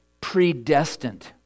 predestined